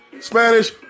Spanish